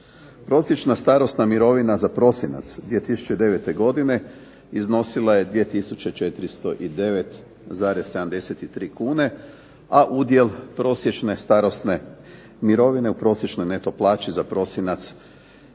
Prosječna starosna mirovina za prosinac 2009. godine iznosila je 2409,73 kune, a udjel prosječne starosne mirovine u prosječnoj neto plaći za prosinac